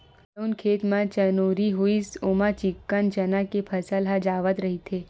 जउन खेत म चनउरी होइस ओमा चिक्कन चना के फसल ह जावत रहिथे